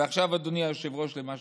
ועכשיו, אדוני היושב-ראש, למה